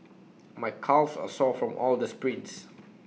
my calves are sore from all the sprints